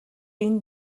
энэ